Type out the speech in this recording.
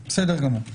ברור, בסדר גמור.